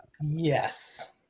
Yes